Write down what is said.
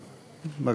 כן.